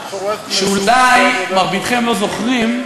אולי מרביתכם לא זוכרים,